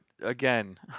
again